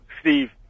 Steve